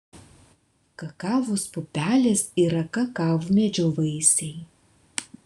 kakavos pupelės yra kakavmedžio vaisiai